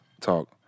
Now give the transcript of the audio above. talk